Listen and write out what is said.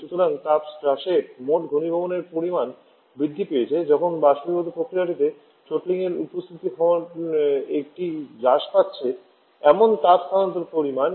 সুতরাং তাপ হ্রাসের মোট ঘনীভবনের পরিমাণ বৃদ্ধি পেয়েছে যখন বাষ্পীভবন প্রক্রিয়াতে থ্রোটলিংয়ের উপস্থিতি হওয়ায় এটি হ্রাস পাচ্ছে এমন তাপ স্থানান্তর পরিমাণ